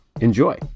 enjoy